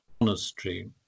monastery